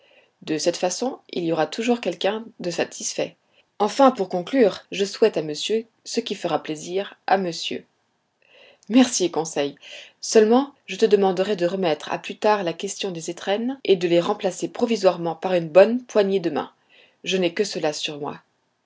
de cette façon il y aura toujours quelqu'un de satisfait enfin pour conclure je souhaite à monsieur ce qui fera plaisir à monsieur merci conseil seulement je te demanderai de remettre à plus tard la question des étrennes et de les remplacer provisoirement par une bonne poignée de main je n'ai que cela sur moi